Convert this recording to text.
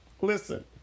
listen